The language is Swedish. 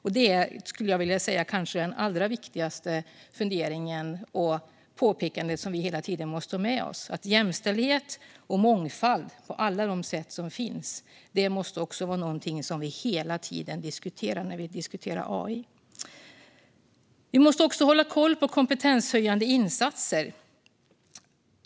Jag skulle vilja säga att detta kanske är den allra viktigaste funderingen och det viktigaste påpekandet som vi hela tiden måste ha med oss: att vi på alla sätt måste diskutera jämställdhet och mångfald när vi diskuterar AI. Vi måste också hålla koll på kompetenshöjande insatser.